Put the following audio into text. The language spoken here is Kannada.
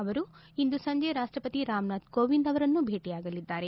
ಅವರು ಇಂದು ಸಂಜೆ ರಾಷ್ಟಪತಿ ರಾಮನಾಥ್ ಕೋವಿಂದ್ ಅವರನ್ನೂ ಭೇಟಿಯಾಗಲಿದ್ದಾರೆ